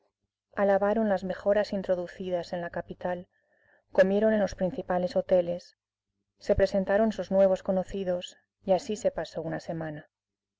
alabaron las mejoras introducidas en la capital comieron en los principales hoteles se presentaron sus nuevos conocidos y así se pasó una semana